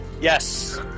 Yes